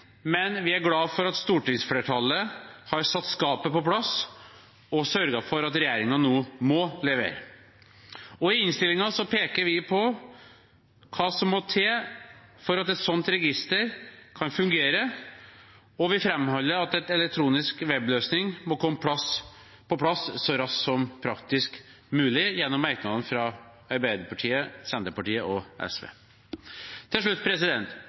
men vi er glade for at stortingsflertallet har satt skapet på plass og sørget for at regjeringen nå må levere. I innstillingen peker vi på hva som må til for at et sånt register kan fungere, og vi framholder, gjennom merknadene fra Arbeiderpartiet, Senterpartiet og SV, at en elektronisk webløsning må komme på plass så raskt som praktisk mulig.